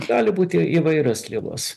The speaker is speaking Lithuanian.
gali būti įvairios ligos